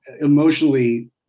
emotionally